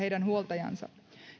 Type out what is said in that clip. heidän huoltajansa